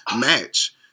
Match